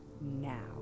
now